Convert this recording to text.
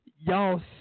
y'all